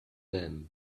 them